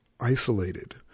isolated